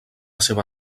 seva